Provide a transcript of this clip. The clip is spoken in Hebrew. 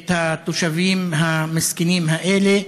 את התושבים המסכנים האלה.